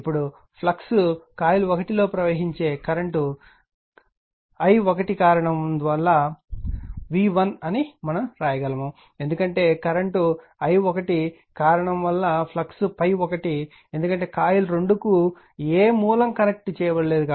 ఇప్పుడు flux coil 1 లో ప్రవహించే కరెంట్ i1 కారణమవుతున్నందున వల్ల v1 మనం వ్రాయగలము ఎందుకంటే కరెంట్ i1 కారణం వల్ల ఫ్లక్స్ ∅1 ఎందుకంటే కాయిల్ 2 కు ఏ కరెంట్ మూలం కనెక్ట్ చేయబడలేదు